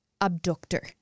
abductor